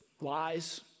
lies